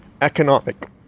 economic